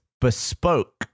bespoke